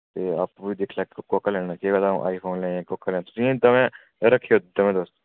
ते आपूं ई दिक्खी लैह्गा कोह्का लैना केह् पता अ'ऊं आईफोन लैं जां कोह्का लैं तुस निं दमैं रक्खेओ दमैं तुस